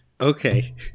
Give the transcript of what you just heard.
Okay